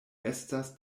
estas